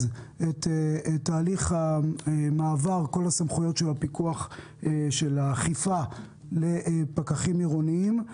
את הליך מעבר כל סמכויות הפיקוח ושל האכיפה לפקחים עירוניים.